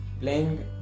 playing